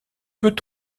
peut